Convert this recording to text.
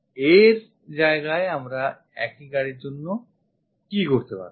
এর জায়গায় আমরা একই গাড়ির জন্য কি করতে পারতাম